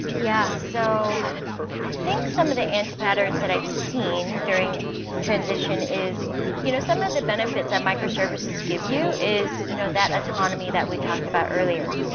yeah. so i think some of the anti-patterns that i've seen during transition is you know some of the benefits of microservices give you is you know that autonomy that we talked about earlier.